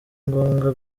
ngombwa